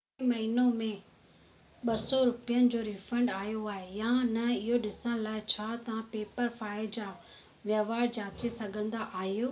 महीनो में ॿ सौ रुपियनि जो रीफंड आयो आहे या न इहो ॾिसण लाइ छा तव्हां पेपरफाइ जा वहिंवार जांचे सघंदा आहियो